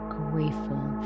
grateful